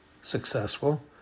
successful